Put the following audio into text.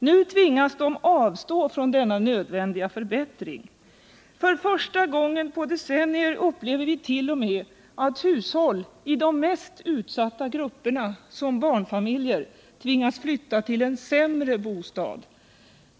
Nu tvingas de avstå från denna nödvändiga förbättring. För första gången på decennier upplever vit.o.m. att hushåll i de mest utsatta grupperna, t.ex. barnfamiljer, tvingas flytta till en sämre bostad.